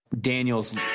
Daniels